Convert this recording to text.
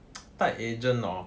tied agent hor